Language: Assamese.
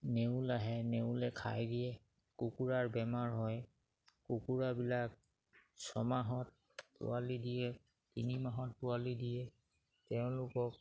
নেউল আহে নেউলে খাই দিয়ে কুকুৰাৰ বেমাৰ হয় কুকুৰাবিলাক ছমাহত পোৱালি দিয়ে তিনিমাহত পোৱালি দিয়ে তেওঁলোকক